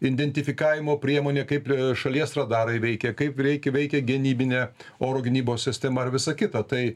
indentifikavimo priemonė kaip šalies radarai veikia kaip reik veikia gynybinė oro gynybos sistema ir visa kita tai